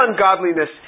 ungodliness